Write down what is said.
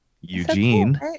Eugene